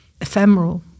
ephemeral